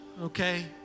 okay